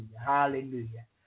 Hallelujah